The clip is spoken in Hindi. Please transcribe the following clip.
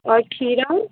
और खीरा